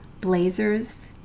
blazers